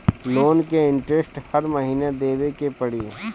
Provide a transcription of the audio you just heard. Loan के interest हर महीना देवे के पड़ी?